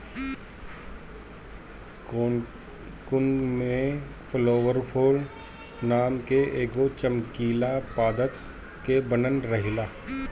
cocoon में fluorophore नाम के एगो चमकीला पदार्थ से बनल रहेला